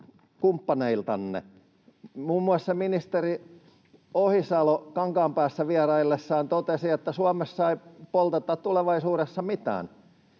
kumppaneiltanne. Muun muassa ministeri Ohisalo Kankaanpäässä vieraillessaan totesi, että Suomessa ei polteta tulevaisuudessa mitään.